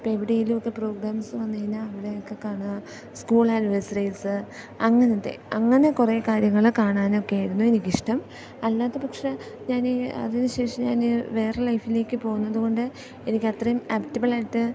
ഇപ്പോൾ എവിടെയെങ്കിലുമൊക്കെ പ്രോഗ്രാംസ് വന്നുകഴിഞ്ഞാൽ അവിടെയൊക്കെ കാണാം സ്കൂൾ ആനിവേഴ്സറീസ് അങ്ങനത്തെ അങ്ങനെ കുറേ കാര്യങ്ങൾ കാണാനൊക്കെയായിരുന്നു എനിക്കിഷ്ടം അല്ലാത്ത പക്ഷേ ഞാൻ അതിന് ശേഷം ഞാൻ വേറെ ലൈഫിലേക്ക് പോന്നതുകൊണ്ട് എനിക്കത്രയും ആപ്റ്റബിൾ ആയിട്ട്